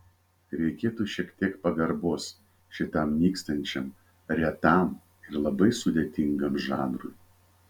reikėtų šiek tiek pagarbos šitam nykstančiam retam ir labai sudėtingam žanrui